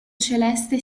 celeste